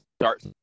start